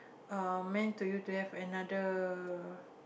um meant to you to have another